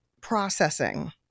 Processing